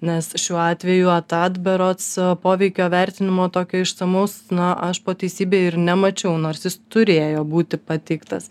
nes šiuo atveju ataad berods poveikio vertinimo tokio išsamaus na aš po teisybei ir nemačiau nors jis turėjo būti pateiktas